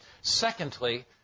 Secondly